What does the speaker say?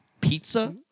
pizza